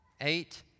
Eight